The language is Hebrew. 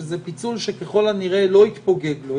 שזה פיצול שככל הנראה לא יתפוגג לו,